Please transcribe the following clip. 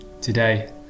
today